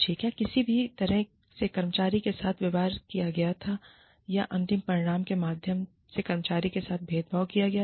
क्या किसी भी तरह से कर्मचारी के साथ व्यवहार किया गया था या अंतिम परिणाम के माध्यम से कर्मचारी के साथ भेदभाव किया गया था